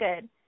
good